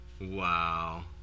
wow